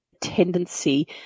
tendency